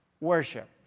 worship